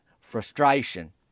frustration